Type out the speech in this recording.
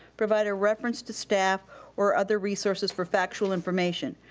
provide a reference to staff or other resources for factual information.